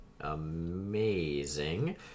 amazing